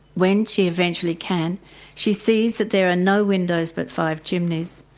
when she eventually can she sees that there are no windows but five chimneys,